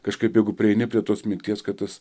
kažkaip jeigu prieini prie tos minties kad tas